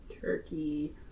Turkey